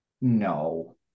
No